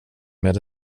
med